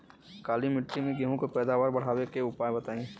काली मिट्टी में गेहूँ के पैदावार बढ़ावे के उपाय बताई?